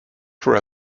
for